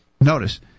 Notice